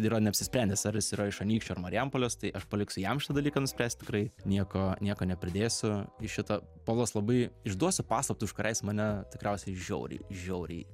yra neapsisprendęs ar jis yra iš anykščių ar marijampolės tai aš paliksiu jam šitą dalyką nuspręst tikrai nieko nieko nepridėsiu į šitą povilas labai išduosiu paslaptį už kurią jis mane tikriausiai žiauriai žiauriai